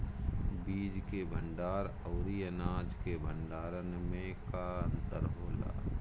बीज के भंडार औरी अनाज के भंडारन में का अंतर होला?